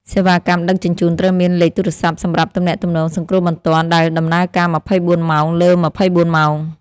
សេវាកម្មដឹកជញ្ជូនត្រូវមានលេខទូរស័ព្ទសម្រាប់ទំនាក់ទំនងសង្គ្រោះបន្ទាន់ដែលដំណើរការ ២៤ ម៉ោងលើ ២៤ ម៉ោង។